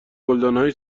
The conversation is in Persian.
گلدانهای